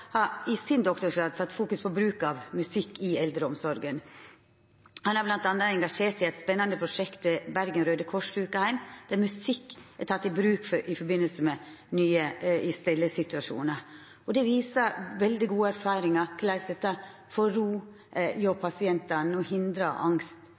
i sin doktorgrad fokusert på bruk av musikk i eldreomsorga. Han har bl.a. engasjert seg i eit spennande prosjekt ved Bergen Røde Kors Sykehjem, der musikk er teken i bruk i stellesituasjonar. Dette viser veldig gode erfaringar med omsyn til korleis dette roar pasientane og hindrar angst